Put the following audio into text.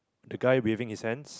the guy waving his hands